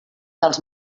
dels